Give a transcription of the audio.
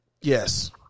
Yes